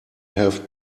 have